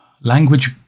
language